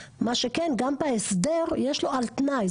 מה שכן גם בהסדר יש לו על תנאי,